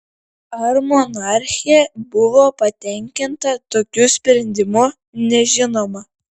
ar monarchė buvo patenkinta tokiu sprendimu nežinoma